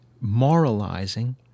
moralizing